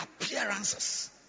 appearances